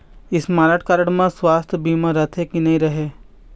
Smart card म सुवास्थ बीमा रथे की नई रहे?